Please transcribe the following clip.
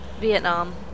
Vietnam